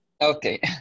Okay